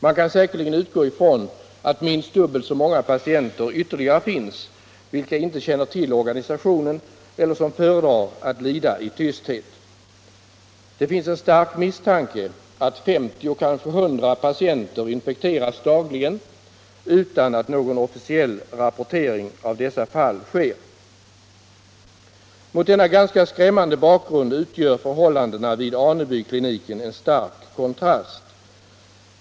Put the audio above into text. Man kan säkerligen utgå ifrån att det finns ytterligare minst dubbelt så många patienter som inte känner till organisationen eller som föredrar att lida i tysthet. Det finns en stark misstanke om att 50 — kanske 100 — patienter infekteras dagligen utan att någon officiell rapportering av dessa fall sker. Mot denna ganska skrämmande bakgrund utgör förhållandena vid Anebykliniken en stark kontrast.